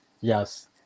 yes